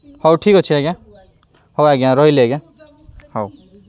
ହଉ ଠିକ୍ ଅଛି ଆଜ୍ଞା ହଉ ଆଜ୍ଞା ରହିଲି ଆଜ୍ଞା ହଉ